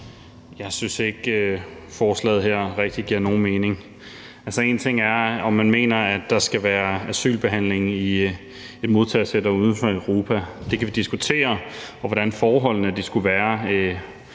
Jeg synes ikke, forslaget her rigtig giver nogen mening. Altså, én ting er, om man mener, at der skal være asylbehandling i et modtagecenter uden for Europa, det kan vi diskutere, og hvordan forholdene skulle være,